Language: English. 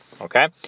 okay